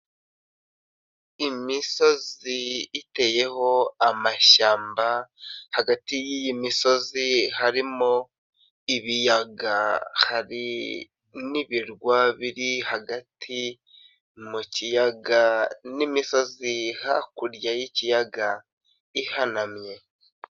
Imisozi iteyeho amashyamba, hagati y'iyi misozi harimo ibiyaga, hari n'ibirwa biri hagati mu kiyaga n'imisozi hakurya y'ikiyaga ihanamye.